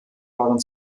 waren